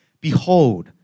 Behold